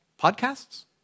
Podcasts